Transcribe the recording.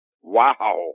Wow